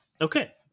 okay